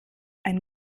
ein